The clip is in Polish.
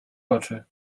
oczy